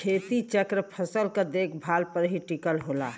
खेती चक्र फसल क देखभाल पर ही टिकल होला